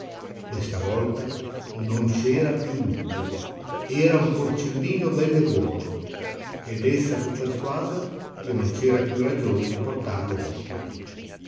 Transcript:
questa volta non c'era più dubbio era un porcellino bell'e buono ed essa fu persuasa che non c'era più ragione di portarlo oltre